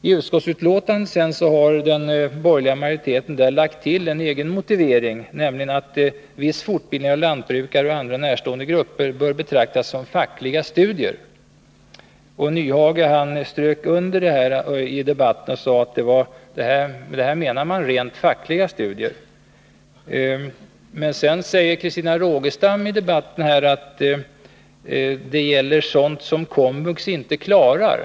I utskottsbetänkandet har den borgerliga majoriteten lagt till en egen motivering, nämligen att viss fortbildning av lantbrukare och andra närstående grupper bör betraktas som fackliga studier. Hans Nyhage strök under detta tidigare i debatten och sade att man med detta menar rent fackliga studier. Men sedan sade Christina Rogestam att det gäller ”sådant som KOMVUX inte klarar”.